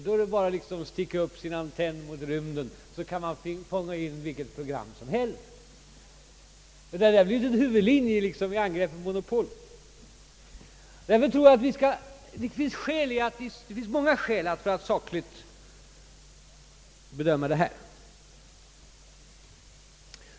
Då är det bara att sticka upp sin antenn mot rymden och fånga in vilket program som helst! Detta är en huvudlinje vid angreppen mot monopolet. Därför finns det skäl att sakligt bedöma denna fråga.